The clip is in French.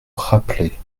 rappeler